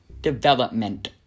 development